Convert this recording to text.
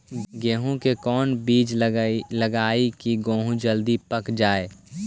गेंहू के कोन बिज लगाई कि गेहूं जल्दी पक जाए?